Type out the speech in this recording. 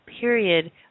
period